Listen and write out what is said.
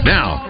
Now